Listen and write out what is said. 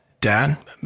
dad